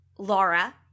Laura